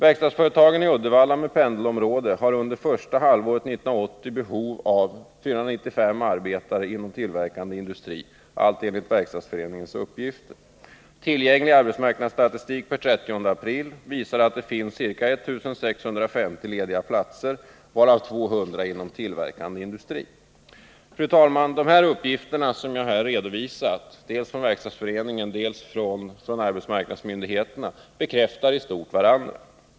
Verkstadsföretagen i Uddevalla med pendelområde har under första halvåret 1980 behov av 495 arbetare inom tillverkande industri, allt enligt Verkstadsföreningens uppgifter. Tillgänglig arbetsmarknadsstatistik per 30 april visar att det finns ca 1 650 lediga platser, varav 200 inom tillverkande industri. Fru talman! De uppgifter jag här redovisat, dels från Verkstadsföreningen, dels från arbetsmarknadsmyndigheterna, bekräftar i stort varandra.